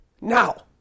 Now